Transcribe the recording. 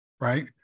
right